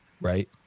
right